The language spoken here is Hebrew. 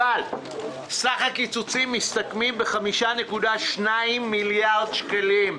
אבל סך הקיצוצים מסתכמים ב-5.2 מיליארד שקלים,